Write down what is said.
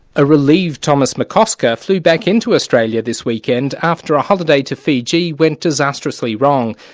a relieved thomas mccosker flew back into australia this weekend after a holiday to fiji went disastrously wrong.